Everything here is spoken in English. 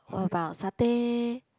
what about satay